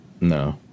No